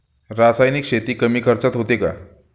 रासायनिक शेती कमी खर्चात होते का?